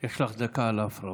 יש לך דקה על ההפרעות.